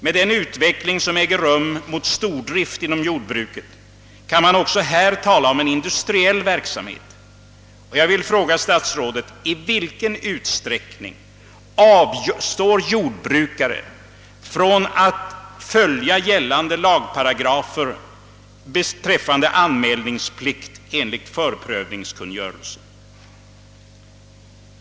Med den utveckling som äger rum mot stordrift inom jordbruket kan man också här tala om en industriell verksamhet, och jag vill fråga statsrådet: I vilken utsträckning avstår jordbrukare från att följa gällande lagparagrafer beträffande anmälningsplikt enligt förprövningskungörelsen?